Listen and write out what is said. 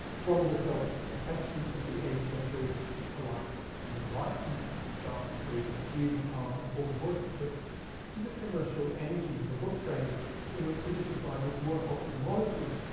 from the self-perception of the eighteenth century as polite and enlightened chasteberry and hume are important voices here to the commercial energies of a book trade in which seditious libels were hot commodities,